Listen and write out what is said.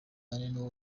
n’uwo